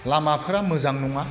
लामाफोरा मोजां नङा